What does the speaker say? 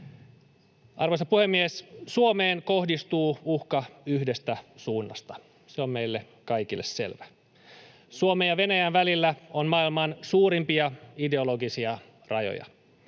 Arvoisa puhemies! Suomeen kohdistuu uhka yhdestä suunnasta, se on meille kaikille selvä. Suomen ja Venäjän välillä on maailman suurimpia ideologisia rajoja.